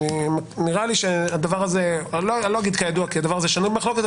לא אגיד כידוע כי הדבר הזה שנוי במחלוקת,